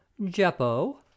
Jeppo